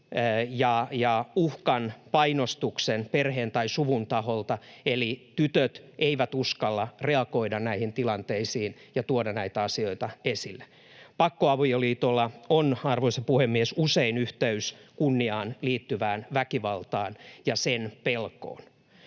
uhkan ja painostuksen takia, eli tytöt eivät uskalla reagoida näihin tilanteisiin ja tuoda näitä asioita esille. Pakkoavioliitolla on, arvoisa puhemies, usein yhteys kunniaan liittyvään väkivaltaan ja sen pelkoon.